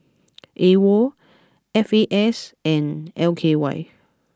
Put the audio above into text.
Awol F A S and L K Y